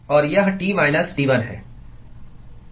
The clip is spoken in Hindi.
और यह T माइनस T1 है